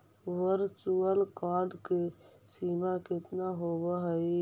virtual card की सीमा केतना होवअ हई